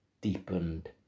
deepened